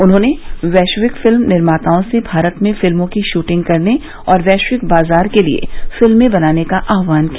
उन्होंने वैश्विक फिल्म निर्माताओं से भारत में फिल्मों की शूटिंग करने और वैश्विक बाजार के लिए फिल्में बनाने का आहवान किया